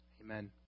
Amen